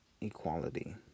equality